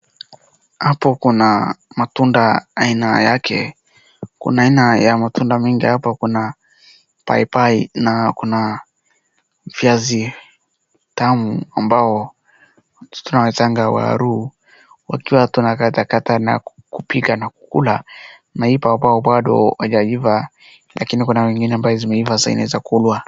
Hapo kuna matunda aina yake. Kuna aina mingi ya matunda hapa kuna paipai na kuna viazi tamu ambao tunaitanga waru wakiwa tunakataka na kupika na kukula na hii paipai bado haijaiva lakini kuna zingine ambazo zimeiva inaweza kulwa.